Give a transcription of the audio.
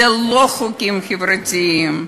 אלה לא חוקים חברתיים.